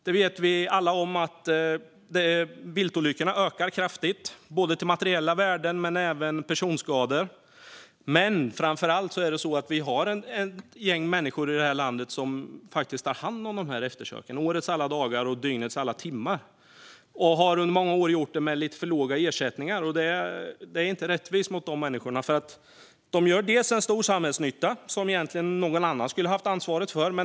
Vi vet alla om att viltolyckorna ökar kraftigt, både när det gäller materiella värden och när det gäller personskador. Framför allt är det så att vi har ett gäng människor i det här landet som faktiskt tar hand om dessa eftersök under årets alla dagar och dygnets alla timmar. De har under många år gjort detta med lite för låga ersättningar, och det är inte rättvist mot dessa människor. De gör stor samhällsnytta, som någon annan egentligen skulle ha haft ansvaret för.